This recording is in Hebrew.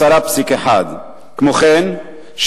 10.1%. כמו כן,